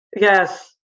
Yes